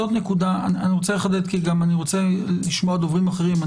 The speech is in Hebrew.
אני רוצה לחדד כי אני רוצה לשמוע גם דוברים אחרים.